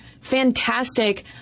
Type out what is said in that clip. fantastic